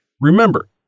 Remember